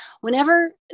Whenever